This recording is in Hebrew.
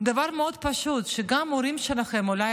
דבר מאוד פשוט: גם ההורים שלכם ואולי